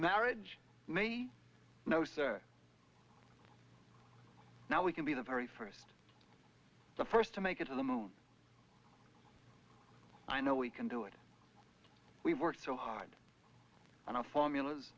marriage maybe no sir now we can be the very first the first to make it to the moon i know we can do it we worked so hard i don't formulas